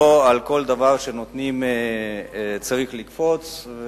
לא על כל דבר שנותנים צריך לקפוץ.